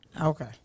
Okay